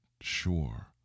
sure